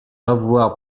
avoir